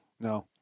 No